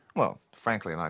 well, frankly, and like